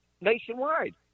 Nationwide